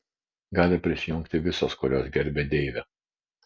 gali prisijungti visos kurios gerbia deivę